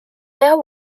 there